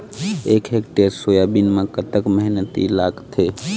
एक hectare soybean म कतक मेहनती लागथे?